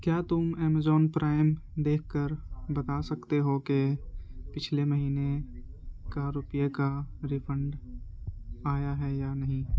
کیا تم Amazon Prime دیکھ کر بتا سکتے ہو کہ پچھلے مہینے کا روپے کا ریفنڈ آیا ہے یا نہیں